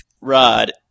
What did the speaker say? Rod